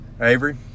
Avery